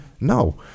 No